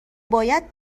باید